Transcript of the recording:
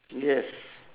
yes